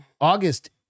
august